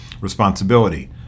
Responsibility